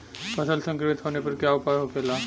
फसल संक्रमित होने पर क्या उपाय होखेला?